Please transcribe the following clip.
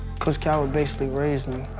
coach calvin basically raised